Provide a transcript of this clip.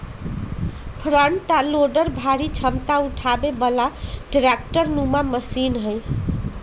front आ loader भारी क्षमता उठाबे बला ट्रैक्टर नुमा मशीन हई